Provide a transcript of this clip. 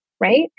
right